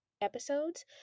episodes